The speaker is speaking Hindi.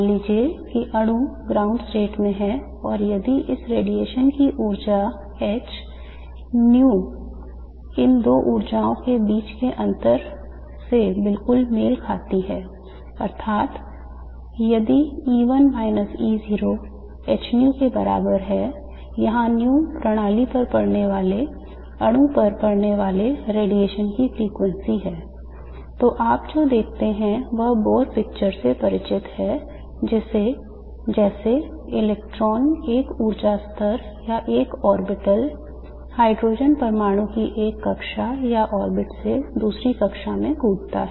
मान लीजिए कि अणु ground state में है और यदि इस रेडिएशन की ऊर्जा h nu इन दो ऊर्जाओं के बीच के अंतर से बिल्कुल मेल खाती है अर्थात् यदि E1 E0 h ν के बराबर है जहाँ ν प्रणाली पर पड़ने अणु पर पड़ने वाले रेडिएशन की फ्रिकवेंसी है तो आप जो देखते हैं वह Bohr picture से परिचित है जैसे इलेक्ट्रॉन एक ऊर्जा स्तर या एक orbital हाइड्रोजन परमाणु की एक कक्षा से दूसरी कक्षा में कूदता है